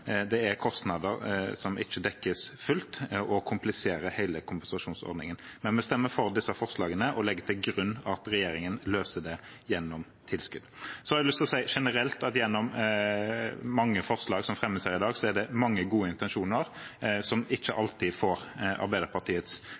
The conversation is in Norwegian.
Det er kostnader som ikke dekkes fullt ut, og det kompliserer hele kompensasjonsordningen. Men vi stemmer for disse forslagene og legger til grunn at regjeringen løser det gjennom tilskudd. Så har jeg lyst til å si generelt at bak mange forslag som fremmes her i dag, er det mange gode intensjoner som ikke alltid får Arbeiderpartiets